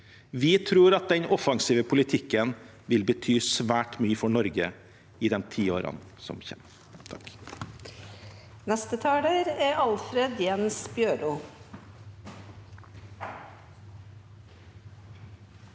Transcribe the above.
Vi tror at denne offensive politikken vil bety svært mye for Norge i de tiårene som kommer.